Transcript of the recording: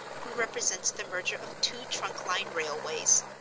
who represents the merger of two trunk-line railways.